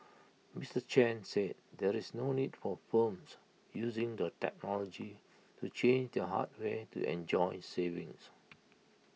Mister Chen said there is no need for firms using the technology to change their hardware to enjoy savings